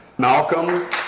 Malcolm